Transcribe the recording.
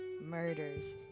murders